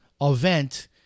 event